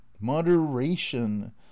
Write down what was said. moderation